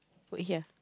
put here